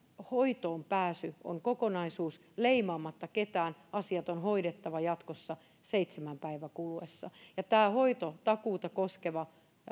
hoitoonpääsy on kokonaisuus ja leimaamatta ketään asiat on hoidettava jatkossa seitsemän päivän kuluessa tämä hoitotakuuta koskeva